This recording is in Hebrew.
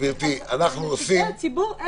לנציגי הציבור,